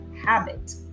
habit